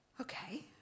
Okay